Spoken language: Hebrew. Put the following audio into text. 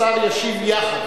השר ישיב יחד.